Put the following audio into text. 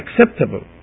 acceptable